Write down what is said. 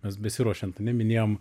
nes besiruošiant ane minėjom